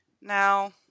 Now